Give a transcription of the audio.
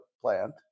plant